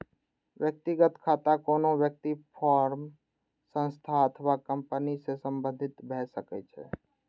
व्यक्तिगत खाता कोनो व्यक्ति, फर्म, संस्था अथवा कंपनी सं संबंधित भए सकै छै